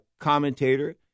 commentator